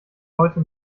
heute